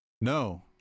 No